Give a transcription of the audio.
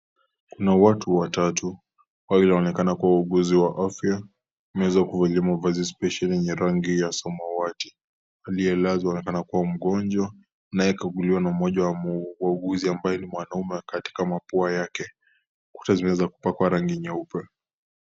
Kuna watu watatu, wawili wanaonekana kuwa wauguzi wa afya, wameweza kuvalia mavazi spesheli ya rangi ya samawati ,aliyelazwa anaonekana kuwa mgonjwa anayekagukiwa na mmoja wa wauguzi ambaye ni mwanaume katika mapua yake. Ukuta zimeweza kupakwa rangi nyeupe .